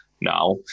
now